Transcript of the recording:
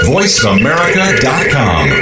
VoiceAmerica.com